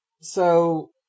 so-